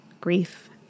grief